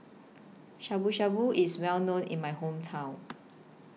Shabu Shabu IS Well known in My Hometown